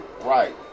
Right